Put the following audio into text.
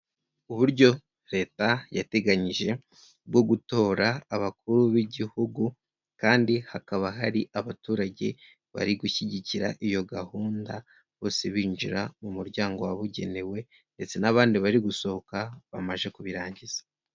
Uburyo leta yateganyije bwo gutora abakuru b'Igihugu kandi hakaba hari abaturage bari gushyigikira iyo gahunda bose binjira mu muryango wabugenewe ndetse n'abandi bari gusohoka bamaze kubirangiza.